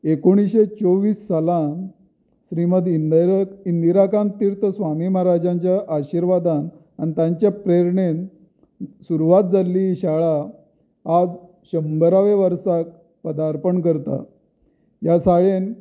एकोणिशें चोवीस सालांत श्रीमत इंदरत इंदिराकांत तिर्थ स्वामी माहाराजांच्या आर्शिवादांत आनी तांच्या प्रेरणेंत सुरवात जाल्ली शाळा आयज शंबरावें वर्साक वर्दापण करता ह्या शाळेंत